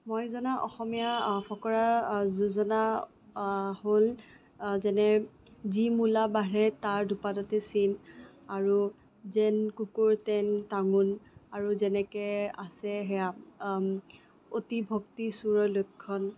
মই জনা অসমীয়া ফকৰা যোজনা হ'ল যেনে যি মূলা বাঢ়ে তাৰ দুপাততে চিন আৰু যেন কুকুৰ তেন টাঙোন আৰু যেনেকে আছে সেয়া অতি ভক্তি চোৰৰ লক্ষণ